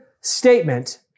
statement